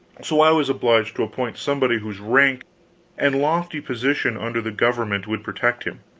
so i was obliged to appoint somebody whose rank and lofty position under the government would protect him.